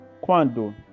quando